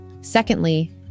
Secondly